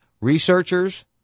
Researchers